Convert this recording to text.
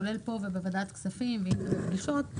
כולל פה ובוועדת הכספים ובפגישות,